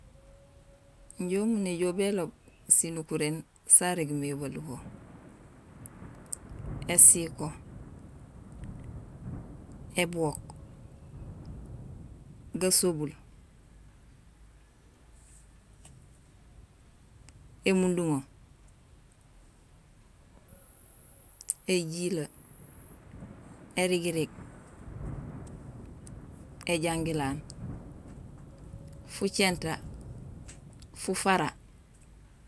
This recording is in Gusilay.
Injé umu néjool béloob sinukuréén sarégmé baluho: ésiko, ébook, gasobul, émunduŋo, éjilee, érigirig, éjangilaan, fucinta, fafara